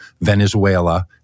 Venezuela